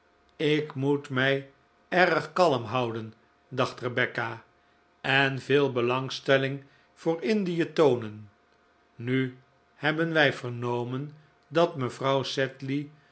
ik moet mij erg kalm houden dacht rebecca en veel belangstelling voor indie toonen nu hebben wij vernomen dat mevrouw